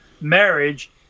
marriage